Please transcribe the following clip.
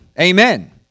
Amen